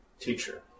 teacher